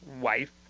wife